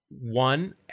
One